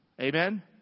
Amen